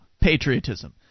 patriotism